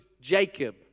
Jacob